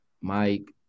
Mike